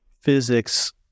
physics